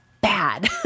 bad